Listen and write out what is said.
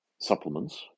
supplements